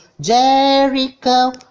Jericho